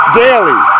daily